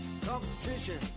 Competition